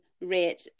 rate